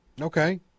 Okay